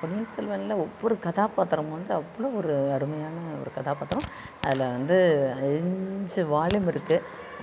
பொன்னியின் செல்வனில் ஒவ்வொரு கதாபாத்திரமும் வந்து அவ்வளோ ஒரு அருமையான ஒரு கதாபாத்திரம் அதில் வந்து அஞ்சு வால்யூம் இருக்கு